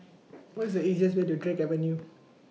What IS The easiest Way to Drake Avenue